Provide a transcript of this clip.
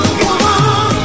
woman